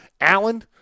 Allen